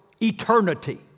eternity